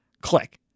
click